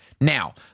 Now